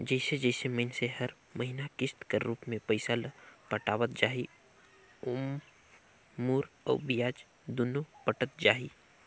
जइसे जइसे मइनसे हर हर महिना किस्त कर रूप में पइसा ल पटावत जाही ओाम मूर अउ बियाज दुनो पटत जाही